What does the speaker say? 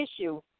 issue